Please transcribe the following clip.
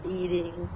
eating